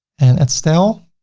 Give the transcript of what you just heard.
and at style,